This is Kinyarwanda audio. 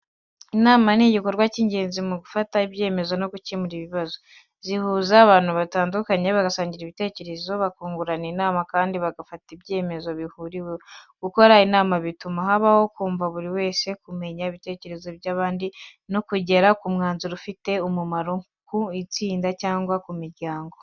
Inama ni igikorwa cy’ingenzi mu gufata ibyemezo no gukemura ibibazo. Zihuza abantu batandukanye bagasangira ibitekerezo, bakungurana inama kandi bagafata ibyemezo bihuriweho. Gukora inama bituma habaho kumva buri wese, kumenya ibitekerezo by’abandi no kugera ku mwanzuro ufite umumaro ku itsinda cyangwa ku muryango.